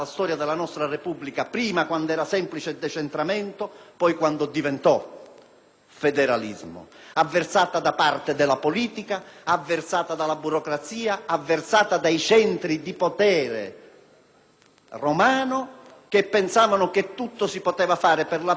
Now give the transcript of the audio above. federalismo; avversata da parte della politica, avversata dalla burocrazia, avversata dai centri di potere romano che pensavano che tutto si potesse fare per la periferia quasi come se si elargissero elemosine o favori al Mezzogiorno